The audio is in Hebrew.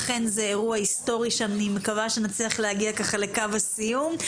אכן זה אירוע היסטורי שאני מקווה שנצליח להגיע לקו הסיום.